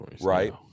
right